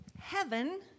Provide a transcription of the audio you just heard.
heaven